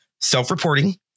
self-reporting